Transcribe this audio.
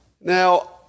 Now